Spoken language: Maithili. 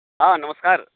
हँ नमस्कार